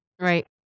Right